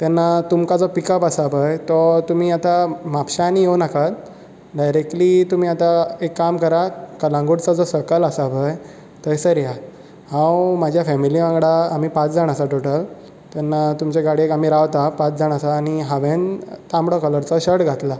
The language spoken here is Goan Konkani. तेन्ना तुमकां जो पिक अप आसा पळय तो तुमी आता म्हापशां आनी येवं नाकात डायरेक्टली तुमी आतां एक काम करात कळंगूटचो जो सर्कल आसा पळय थंयसर या हांव म्हाज्या फॅमिली वांगडा आमी पांच जाण आसात टोटल तेन्ना तुमचें गाडयेक आमी रावता पांच जाण आसा आनी हांवेंन तांबडो कलरचो शर्ट घातला